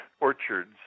orchards